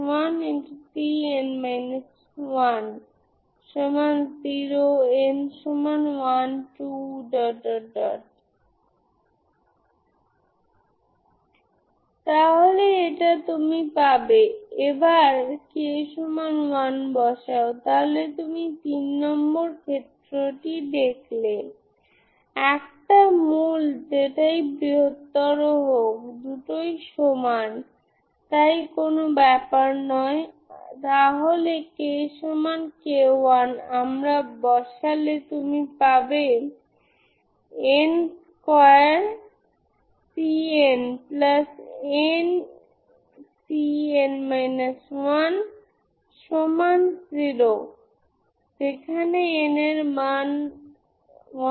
c1 c2 0 0 nonzero সমাধান পেতে eμa eμb e μa e μb eμa eμb e μa e μb 0 এই determinant 0 হতে হবে কারণ এটি AX0 এর মতো যদি আপনি একটি ননজিরো সমাধান খুঁজছেন তবে ডিটারমিন্যান্ট A হতে হবে 0